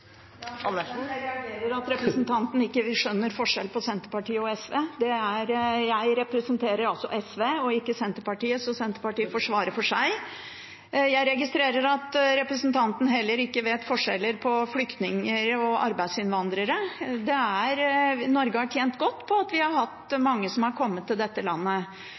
Jeg representerer SV og ikke Senterpartiet. Senterpartiet får svare for seg. Jeg registrerer også at representanten heller ikke vet forskjellen på flyktninger og arbeidsinnvandrere. Norge har tjent godt på at vi har hatt mange som har kommet til dette landet.